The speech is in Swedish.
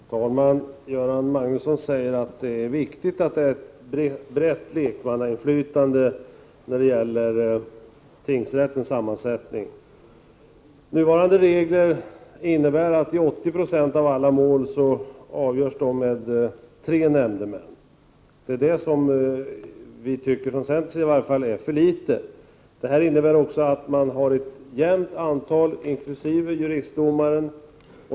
Herr talman! Göran Magnusson säger att det är viktigt med ett brett lekmannainflytande när det gäller tingsrättens sammansättning. Nuvarande regler innebär att 80 70 av alla mål avgörs med tre nämndemän. Från centerns sida tycker vi att det antalet är för litet. Detta innebär också att man har ett jämnt antal inkl. juristdomaren.